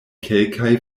kelkaj